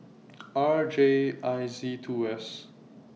R J I Z two S